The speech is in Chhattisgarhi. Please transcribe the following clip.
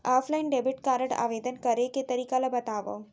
ऑफलाइन डेबिट कारड आवेदन करे के तरीका ल बतावव?